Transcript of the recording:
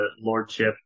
Lordship